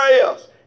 else